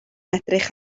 edrych